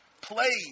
played